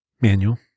Manual